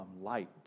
light